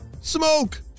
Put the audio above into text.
Smoke